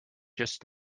just